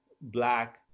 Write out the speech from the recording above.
Black